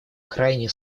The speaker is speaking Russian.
крайне